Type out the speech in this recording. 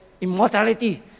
immortality